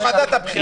הבחירות.